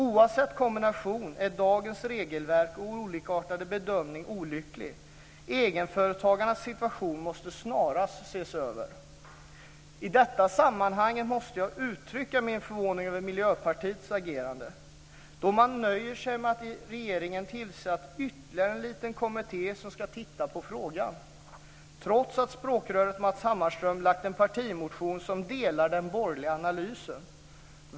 Oavsett kombination är dagens regelverk och olikartade bedömning olycklig. Egenföretagarnas situation måste snarast ses över. I detta sammanhang måste jag uttrycka min förvåning över Miljöpartiets agerande, då man nöjer sig med att regeringen tillsatt ytterligare en "liten" kommitté som ska titta närmare på frågan. Det gör man trots att språkröret Matz Hammarström har väckt en partimotion där man delar den borgerliga analysen.